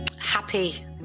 happy